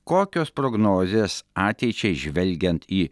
kokios prognozės ateičiai žvelgiant į